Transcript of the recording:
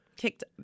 kicked